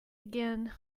again